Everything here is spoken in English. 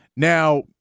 Now